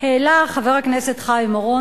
העלה חבר הכנסת חיים אורון,